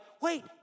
wait